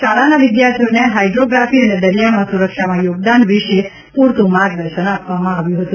શાળાના વિદ્યાર્થીઓને હાઈડ્રોશ્રાફી અને દરિયામાં સુરક્ષામાં યોગદાન વિષે પૂરતું માર્ગદર્શન આપવામાં આવ્યું હતું